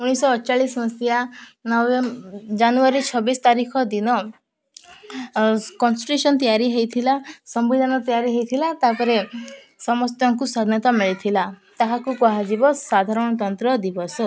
ଉଣେଇଶହ ଅଠଚାଳିଶ ମସିହା ଜାନୁଆରୀ ଛବିଶ ତାରିଖ ଦିନ କନଷ୍ଟିଟ୍ୟୁସନ୍ ତିଆରି ହେଇଥିଲା ସମ୍ବିଧାନ ତିଆରି ହେଇଥିଲା ତା'ପରେ ସମସ୍ତଙ୍କୁ ସ୍ନତା ମିଳିଥିଲା ତାହାକୁ କୁହାଯିବ ସାଧାରଣତନ୍ତ୍ର ଦିବସ